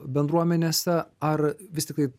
bendruomenėse ar vis tiktai